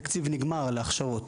התקציב נגמר להכשרות,